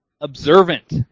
observant